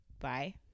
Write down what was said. Bye